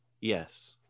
Yes